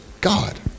God